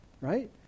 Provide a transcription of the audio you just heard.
right